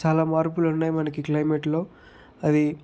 చాలా మార్పులు ఉన్నాయి మనకి క్లైమేట్లో అది